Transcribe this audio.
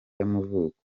y’amavuko